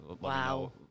Wow